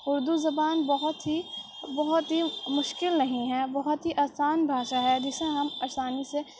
اردو زبان بہت ہی بہت ہی مشکل نہیں ہے بہت ہی آسان بھاشا ہے جسے ہم آسانی سے